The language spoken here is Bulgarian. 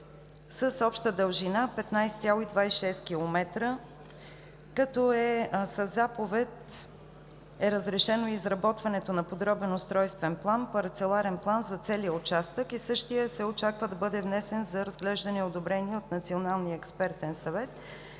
с обща дължина 15,26 км, като със заповед е разрешено изработването на Подробен устройствен план и Парцеларен план за целия участък и същият се очаква да бъде внесен за разглеждане и одобрение от Националния експертен съвет.